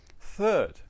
Third